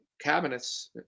cabinets